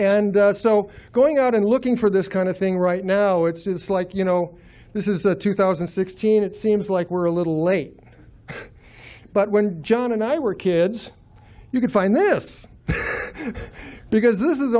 and so going out and looking for this kind of thing right now it's like you know this is a two thousand and sixteen it seems like we're a little late but when john and i were kids you can find this because this is